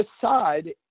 decide